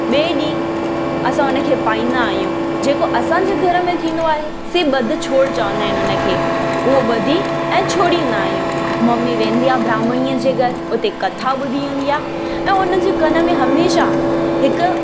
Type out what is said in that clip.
ॿिए ॾींहुं असां उन खे पाईंदा आहियूं जेको असांजे घर में थींदो आहे से ॿधु छोड़ चवंदा आहिनि उन खे उहो ॿधी ऐं छोड़ींदा आहियूं मम्मी वेंदी आहे ब्राहमणीअ जे घरु उते कथा ॿुधी ईंदी आहे ऐं उन जे कन में हमेशा हिकु